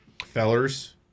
Fellers